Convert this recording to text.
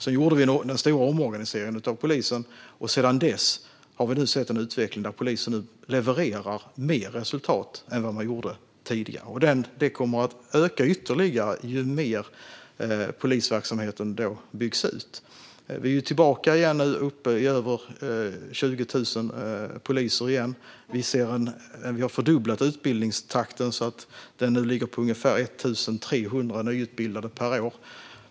Sedan gjorde vi den stora omorganiseringen av polisen, och sedan dess har vi sett en utveckling där polisen levererar mer resultat än man gjorde tidigare. Och detta kommer att öka ytterligare i takt med att polisverksamheten byggs ut. Vi är nu tillbaka i över 20 000 poliser igen, och vi har fördubblat utbildningstakten så att den nu ligger på ungefär 1 300 nyutbildade per år.